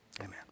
Amen